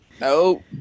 nope